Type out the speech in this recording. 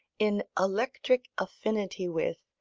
in electric affinity with,